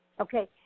Okay